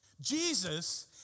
Jesus